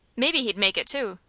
maybe he'd make it two.